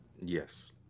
Yes